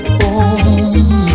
home